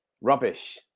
rubbish